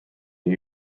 new